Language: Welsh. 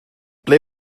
ble